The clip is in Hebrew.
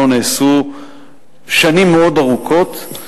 שלא נעשו שנים מאוד ארוכות,